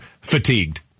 fatigued